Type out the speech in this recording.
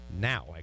now